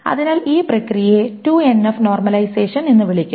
അതിനാൽ ഈ പ്രക്രിയയെ 2NF നോർമലൈസേഷൻ എന്ന് വിളിക്കുന്നു